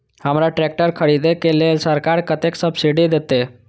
हमरा ट्रैक्टर खरदे के लेल सरकार कतेक सब्सीडी देते?